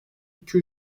iki